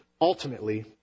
ultimately